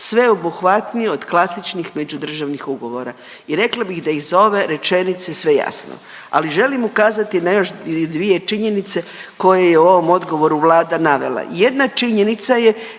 sveobuhvatniji od klasičnih međudržavnih ugovora. I rekla bi da je iz ove rečenice sve jasno, ali želim ukazati na još dvije činjenice koje je u ovom odgovoru Vlada navela. Jedna činjenica je